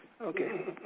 Okay